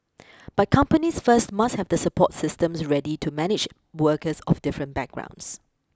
but companies first must have the support systems ready to manage workers of different backgrounds